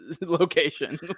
location